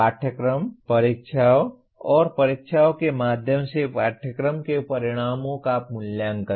पाठ्यक्रम परीक्षाओं और परीक्षाओं के माध्यम से पाठ्यक्रम के परिणामों का मूल्यांकन